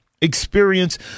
experience